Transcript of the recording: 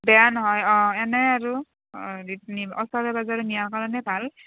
বেয়া নহয় অঁ এনে আৰু যিখিনি ওচৰে পাজৰে নিয়াৰ কাৰণে ভাল